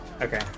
Okay